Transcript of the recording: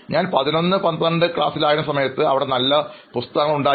ഞാൻ ക്ലാസ് 11 12 ആയിരുന്ന സമയത്ത് അവിടെ നല്ല കൂട്ടം പുസ്തകങ്ങൾ ഉണ്ടായിരുന്നു